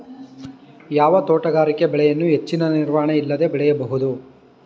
ಯಾವ ತೋಟಗಾರಿಕೆ ಬೆಳೆಯನ್ನು ಹೆಚ್ಚಿನ ನಿರ್ವಹಣೆ ಇಲ್ಲದೆ ಬೆಳೆಯಬಹುದು?